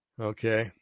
Okay